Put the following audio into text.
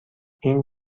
این